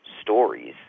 stories